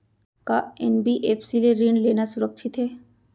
का एन.बी.एफ.सी ले ऋण लेना सुरक्षित हे?